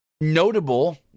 Notable